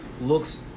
looks